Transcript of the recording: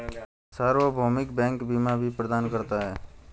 सार्वभौमिक बैंक बीमा भी प्रदान करता है